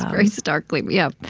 very starkly yeah.